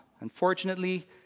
Unfortunately